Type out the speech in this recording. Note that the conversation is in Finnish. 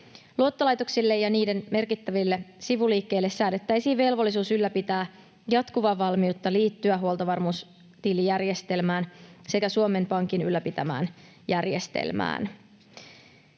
Luottolaitoksille ja niiden merkittäville sivuliikkeille säädettäisiin velvollisuus ylläpitää jatkuvaa valmiutta liittyä huoltovarmuustilijärjestelmään sekä Suomen Pankin ylläpitämään järjestelmään.